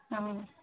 অঁ